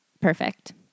Perfect